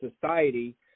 society